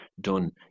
done